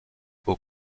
aux